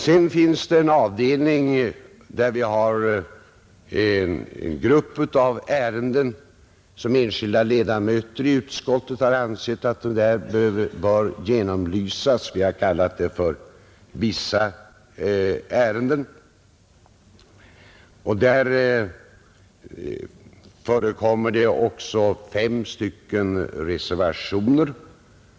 Vidare finns det en avdelning där vi har en grupp ärenden som enskilda medlemmar av utskottet ansett böra genomlysas. Vi har kallat den ”Övriga ärenden”. Där förekommer också fem reservationer.